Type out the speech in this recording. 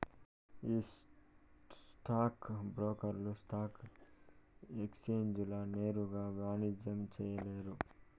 ఈ స్టాక్ బ్రోకర్లు స్టాక్ ఎక్సేంజీల నేరుగా వాణిజ్యం చేయలేరు